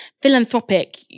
philanthropic